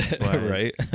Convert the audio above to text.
right